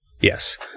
Yes